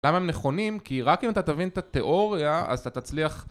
למה הם נכונים? כי רק אם אתה תבין את התיאוריה אז אתה תצליח